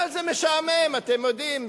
אבל זה משעמם, אתם יודעים,